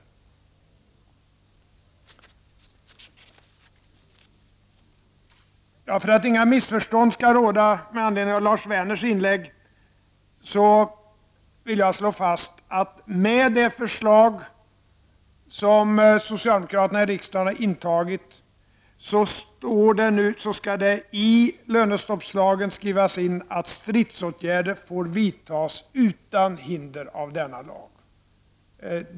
För att inget missförstånd skall råda med anledning av Lars Werners inlägg vill jag slå fast att med det förslag som socialdemokraterna i riksdagen har framlagt skall det i lönestoppslagen skrivas in att stridsåtgärder får vidtas utan hinder av denna lag.